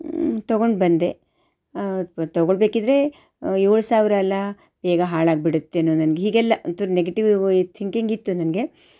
ತಗೊಂಡು ಬಂದೆ ಪ ತೊಗೊಳ್ಬೇಕಿದ್ರೆ ಏಳು ಸಾವಿರ ಅಲ್ವಾ ಬೇಗ ಹಾಳಾಗಿ ಬಿಡುತ್ತೇನೋ ನನ್ಗೆ ಹೀಗೆಲ್ಲ ಅಂತೂ ನೆಗೆಟಿವ್ ಥಿಂಕಿಂಗ್ ಇತ್ತು ನನಗೆ